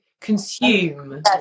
Consume